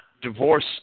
divorce